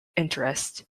interest